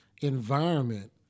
environment